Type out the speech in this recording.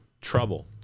trouble